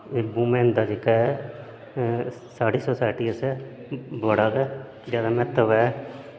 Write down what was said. एह् वुमेन दा जेहका ऐ साढ़ी सोसाइटी आस्तै बड़ा गै ज्यादा म्हत्तव ऐ